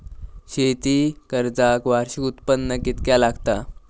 शेती कर्जाक वार्षिक उत्पन्न कितक्या लागता?